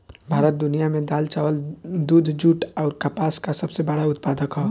भारत दुनिया में दाल चावल दूध जूट आउर कपास का सबसे बड़ा उत्पादक ह